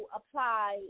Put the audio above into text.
apply